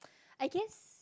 I guess